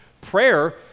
Prayer